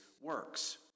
works